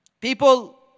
People